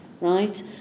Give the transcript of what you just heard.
right